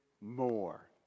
more